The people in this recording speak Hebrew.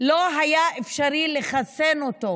לא היה אפשרי לחסן אותו.